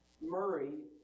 Murray